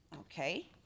Okay